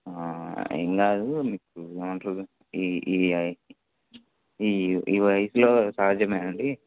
ఏం కాదు మీకు దాంట్లో ఈ ఈ ఈ ఈ వయసులో సహజమేనండి